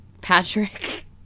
Patrick